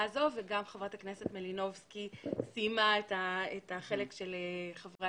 הזאת וגם חברת הכנסת מלינובסקי סיימה את החלק של דבריה